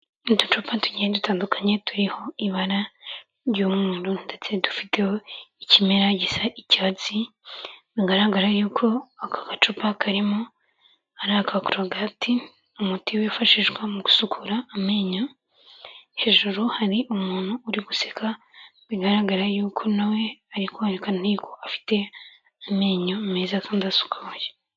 Uducupa tugiye dutandukanye turiho ibara ry'umweru ndetse dufiteho ikimera gisa icyatsi bigaragara yuko ako gacupa karimo ari aka korogati, umuti wifashishwa mu gusukura amenyo hejuru hari umuntu uri guseka bigaragara yuko nawe ari kwerekana yuko afite amenyo meza kandi asukuye.